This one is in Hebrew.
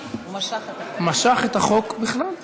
משך את החוק בכלל.